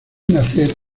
nacer